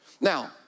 Now